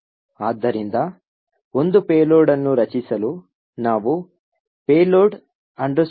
ಆದ್ದರಿಂದ ಒಂದು ಪೇಲೋಡ್ ಅನ್ನು ರಚಿಸಲು ನಾವು payload generator